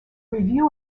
review